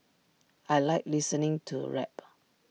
I Like listening to rap